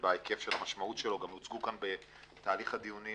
הוצגו במהלך הדיונים